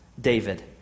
David